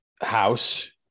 house